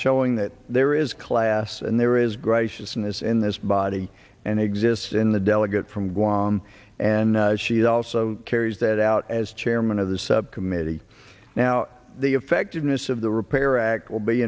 showing that there is class and there is graciousness in this body and exists in the delegate from guam and she also carries that out as chairman of the subcommittee now the effectiveness of the repair act will be